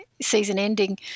season-ending